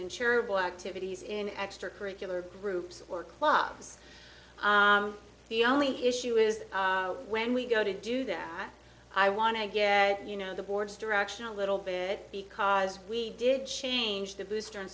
and charitable activities in extracurricular groups or clubs the only issue is when we go to do that i want to get you know the board's direction a little bit because we did change the booster and